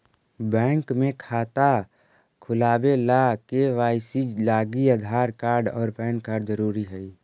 bank में जमा खाता खुलावे ला के.वाइ.सी लागी आधार कार्ड और पैन कार्ड ज़रूरी हई